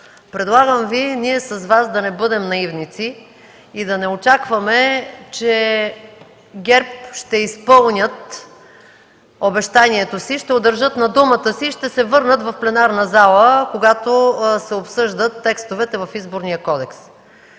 предлагам Ви ние с Вас да не бъдем наивници и да не очакваме, че ГЕРБ ще изпълнят обещанието си, ще удържат на думата си и ще се върнат в пленарната зала, когато се обсъждат текстовете в Изборния кодекс.